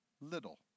little